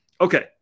Okay